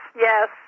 Yes